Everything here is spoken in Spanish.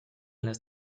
las